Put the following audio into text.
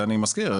ואני מזכיר,